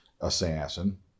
Assassin